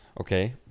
Okay